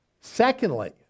Secondly